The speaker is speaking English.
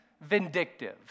vindictive